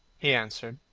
he answered,